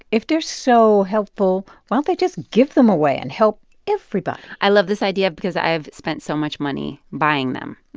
if they're so helpful, why don't they just give them away and help everybody? i love this idea because i've spent so much money buying them.